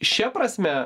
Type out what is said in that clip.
šia prasme